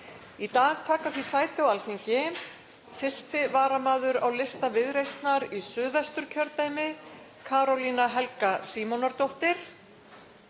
Í dag taka því sæti á Alþingi 1. varamaður á lista Viðreisnar í Suðvesturkjördæmi, Karólína Helga Símonardóttir,